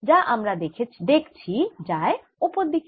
যা আমরা দেখেছি যায় ওপর দিকে